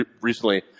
recently